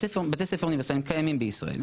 בתי ספר אוניברסליים קיימים בישראל.